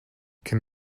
can